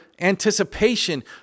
anticipation